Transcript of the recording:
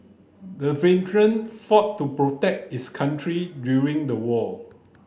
the veteran fought to protect his country during the war